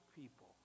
people